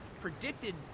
predicted